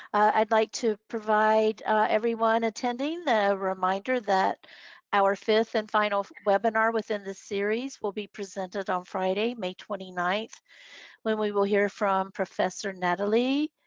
i'd like to provide everyone attending the reminder that our fifth and final webinar within this series will be presented on friday, may twenty nine when we will hear from professor nathalie